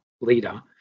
leader